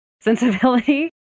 sensibility